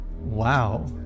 Wow